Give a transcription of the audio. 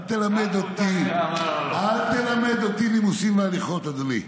אל תלמד אותי נימוסים והליכות, אדוני.